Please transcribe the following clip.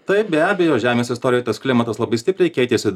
taip be abejo žemės istorijoj tas klimatas labai stipriai keitėsi